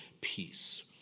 peace